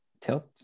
tilt